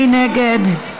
מי נגד?